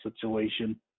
situation